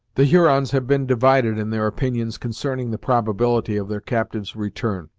the hurons had been divided in their opinions concerning the probability of their captive's return.